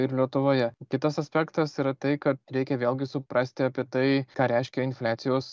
ir lietuvoje kitas aspektas yra tai kad reikia vėlgi suprasti apie tai ką reiškia infliacijos